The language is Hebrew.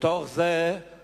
ומתוך זה היה